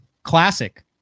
Classic